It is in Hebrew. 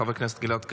חבר הכנסת גלעד קריב,